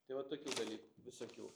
tai va tokių dalykų visokių